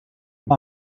come